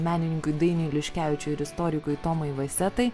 menininkui dainiui liškevičiui ir istorikui tomui vaisetai